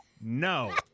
No